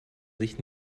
sich